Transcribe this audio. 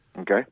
Okay